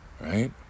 Right